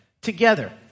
together